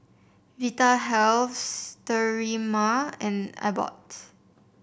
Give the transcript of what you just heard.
Vitahealth Sterimar and Abbott